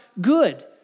good